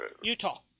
Utah